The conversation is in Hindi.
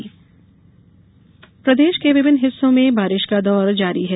मौसम प्रदेश के विभिन्न हिस्सों में बारिश का दौर जारी है